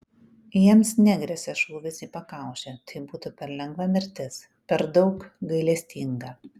jiems negresia šūvis į pakaušį tai būtų per lengva mirtis per daug gailestinga